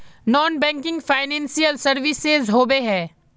Non banking financial services होबे है?